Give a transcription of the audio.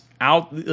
out